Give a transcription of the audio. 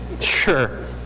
Sure